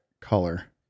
color